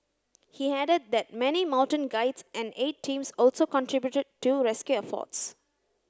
he added that many mountain guides and aid teams also contributed to rescue efforts